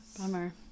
Bummer